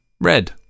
red